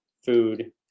food